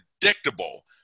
predictable